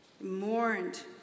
mourned